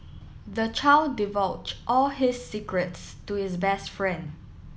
the child divulged all his secrets to his best friend